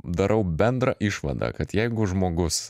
darau bendrą išvadą kad jeigu žmogus